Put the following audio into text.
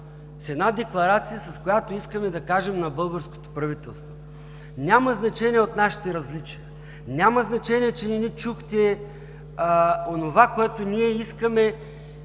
с една декларация, с която искаме да кажем на българското правителство: няма значение от нашите различия, няма значение, че не чухте онова, което искаме